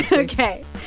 so ok.